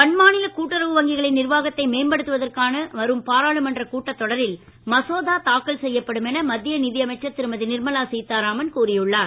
பன்மாநில நிர்வாகத்தை மேம்படுத்துவதற்காக வரும் பாராளுமன்ற கூட்டத் தொடரில் மசோதா தாக்கல் செய்யப்படும் என மத்திய நிதியமைச்சர் திருமதி நிர்மலா சீத்தாராமன் கூறி உள்ளார்